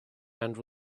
and